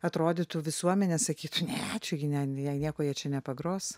atrodytų visuomenė sakytų ai čia gi ne jie nieko jie čia nepagros